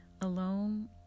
Alone